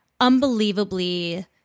unbelievably